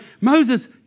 Moses